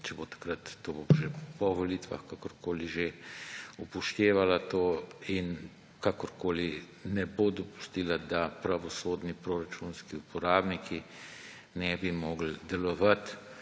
če bo takrat, to bo že po volitvah, kakorkoli že upoštevala to in kakorkoli ne bo dopustila, da pravosodni proračunski uporabniki ne bi mogli delovati